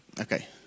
okay